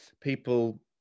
people